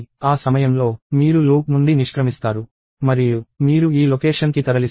ఆ సమయంలో మీరు లూప్ నుండి నిష్క్రమిస్తారు మరియు మీరు ఈ లొకేషన్ కి తరలిస్తారు